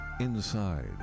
Inside